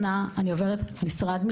שנה אני עוברת משרד-משרד,